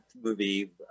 movie